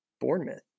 Bournemouth